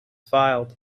filed